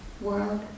world